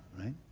right